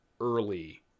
early